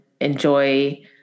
enjoy